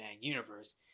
Universe